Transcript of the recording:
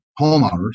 homeowners